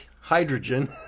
hydrogen